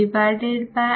RfRI2